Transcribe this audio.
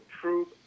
truth